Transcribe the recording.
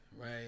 right